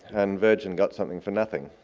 and virgin got something for nothing.